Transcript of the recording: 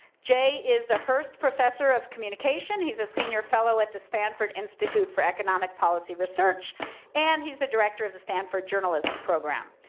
jay is the hearst professor of communication. he's a senior fellow at the stanford institute for economic policy research and he's the director of the stanford journalism program.